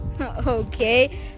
Okay